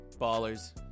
Ballers